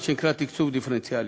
מה שנקרא תקצוב דיפרנציאלי.